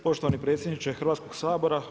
Poštovani predsjedniče Hrvatskog sabora.